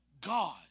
God